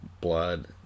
blood